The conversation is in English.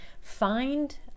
find